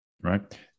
right